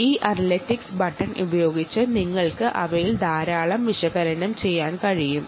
ഈ analytics button ഉപയോഗിച്ച് നിങ്ങൾക്ക് അവയിൽ ധാരാളം വിശകലനം ചെയ്യാൻ കഴിയും